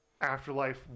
Afterlife